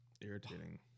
irritating